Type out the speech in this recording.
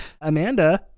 Amanda